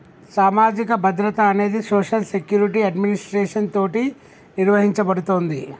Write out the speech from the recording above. సామాజిక భద్రత అనేది సోషల్ సెక్యురిటి అడ్మినిస్ట్రేషన్ తోటి నిర్వహించబడుతుంది